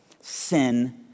sin